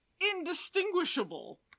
indistinguishable